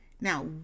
now